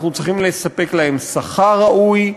אנחנו צריכים לספק להם שכר ראוי,